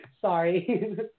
Sorry